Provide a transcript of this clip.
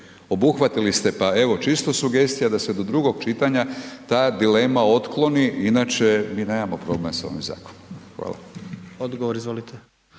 obuhvatili ste, pa evo, čisto sugestija da se do drugog čitanja ta dilema otkloni inače mi nemamo problem s ovim zakonom. Hvala. **Jandroković,